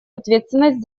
ответственность